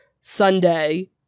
Sunday